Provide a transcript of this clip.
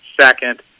second